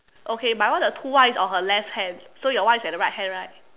okay my one the two one is on her left hand so your one is at the right hand right